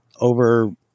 over